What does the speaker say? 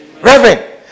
Reverend